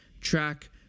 track